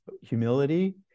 humility